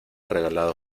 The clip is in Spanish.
regalado